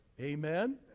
Amen